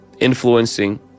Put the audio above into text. influencing